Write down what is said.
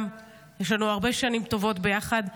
יש לנו הרבה שנים טובות ביחד,